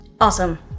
Awesome